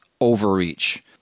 overreach